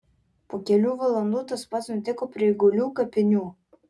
po kelių valandų tas pats nutiko prie eigulių kapinių